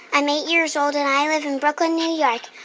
i'm eight years old, and i live in brooklyn, yeah yeah like